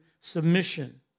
submission